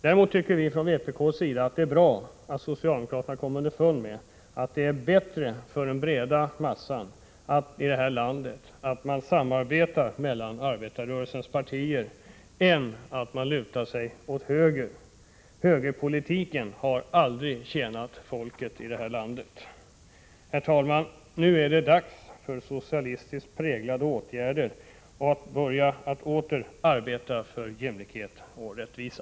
Däremot tycker vi från vpk:s sida att det är bra att socialdemokraterna kommit underfund med att det är bättre för den breda massan i det här landet att arbetarrörelsens partier samarbetar än att man lutar sig åt höger. Högerpolitiken har aldrig tjänat folket i det här landet. Herr talman! Nu är det dags för socialistiskt präglade åtgärder och att åter börja arbeta för jämlikhet och rättvisa.